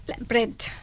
Bread